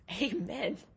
Amen